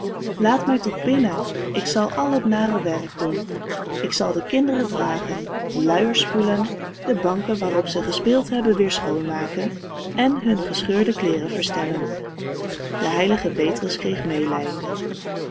laat mij toch binnen ik zal al het nare werk doen ik zal de kinderen dragen de luiers spoelen de banken waar ze op gespeeld hebben weêr schoonmaken en hun gescheurde kleêren verstellen de heilige petrus kreeg meêlijden